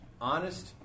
Honest